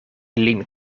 lin